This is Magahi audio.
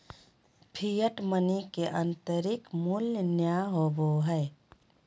फिएट मनी के आंतरिक मूल्य नय होबो हइ